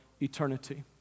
eternity